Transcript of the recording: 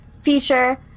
feature